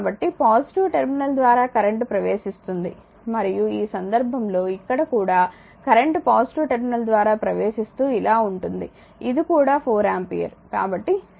కాబట్టి positive terminal ద్వారా current ప్రవేశిస్తుంది మరియు ఈ సందర్భంలో ఇక్కడ కూడా కరెంట్ పాజిటివ్ టెర్మినల్ ద్వారా ప్రవేశిస్తూ ఇలా ఉంటుంది ఇది కూడా 4 ఆంపియర్